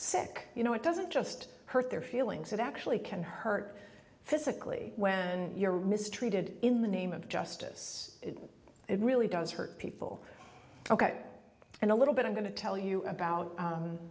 sick you know it doesn't just hurt their feelings it actually can hurt physically when you're mistreated in the name of justice it really does hurt people ok and a little bit i'm going to tell you about